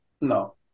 No